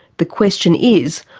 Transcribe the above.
the question is,